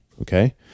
Okay